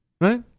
Right